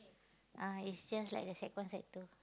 ah is just like the sec one sec two